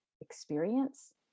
experience